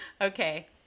okay